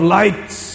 lights